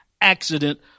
accident